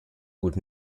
could